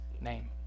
name